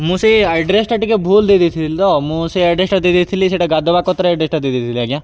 ମୁଁ ସେଇ ଆଡ଼୍ରେସ୍ଟା ଟିକେ ଭୁଲ୍ ଦେଇଥିଲି ତ ମୁଁ ସେ ଆଡ଼୍ରେସ୍ଟା ଦେଇଥିଲି ସେଟା ଗାଧବାକତରେ ଏଇ ଆଡ଼୍ରେସ୍ଟା ଦେଇଥିଲି ଆଜ୍ଞା